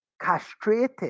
castrated